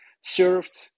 served